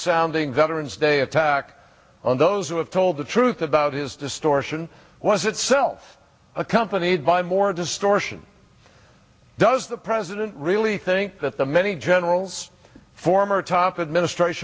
sounding veterans day attack on those who have told the truth about his distortion was itself accompanied by more distortion does the president really think that the many generals former top administrati